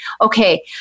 Okay